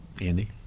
Andy